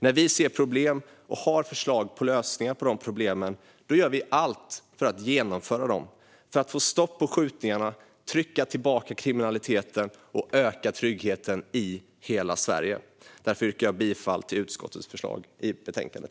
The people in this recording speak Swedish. När vi ser problem och har förslag på lösningar på dem gör vi allt för att genomföra de lösningarna - för att få stopp på skjutningarna, trycka tillbaka kriminaliteten och öka tryggheten i hela Sverige. Därför yrkar jag bifall till utskottets förslag i betänkandet.